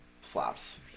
slaps